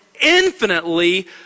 infinitely